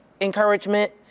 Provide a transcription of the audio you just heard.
encouragement